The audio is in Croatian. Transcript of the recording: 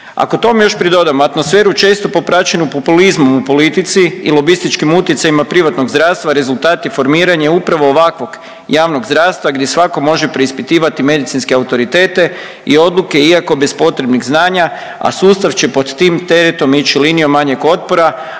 Ako tome još pridodamo atmosferu često popraćenu populizmom u politici i lobističkim utjecajima privatnog zdravstva rezultati formiranja upravo ovakvog javnog zdravstva gdje svatko može preispitivati medicinske autoritete i odluke iako bez potrebnih znanja, a sustav će pod tim teretom ići linijom manjeg otpora,